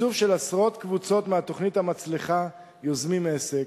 ותקצוב של עשרות קבוצות מהתוכנית המצליחה "יוזמים עסק",